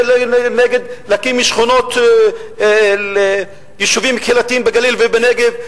ולהקים יישובים קהילתיים בגליל ובנגב,